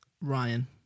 Ryan